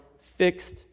fixed